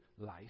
life